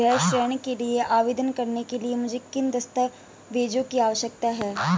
गृह ऋण के लिए आवेदन करने के लिए मुझे किन दस्तावेज़ों की आवश्यकता है?